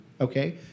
okay